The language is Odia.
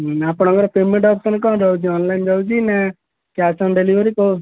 ଆପଣଙ୍କର ପେମେଣ୍ଟ ଅପସନ୍ କ'ଣ ରହୁଛି ଅନଲାଇନ୍ ରହୁଛି ନା କ୍ୟାସ୍ ଅନ୍ ଡେଲିଭରି କହୁ